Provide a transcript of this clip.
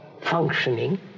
functioning